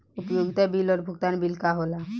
उपयोगिता बिल और भुगतान बिल का होला?